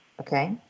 Okay